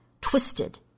twisted